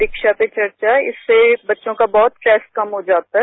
परीक्षा पर चर्चा इससे बच्चों का बहुत स्ट्रेस कम हो जाता है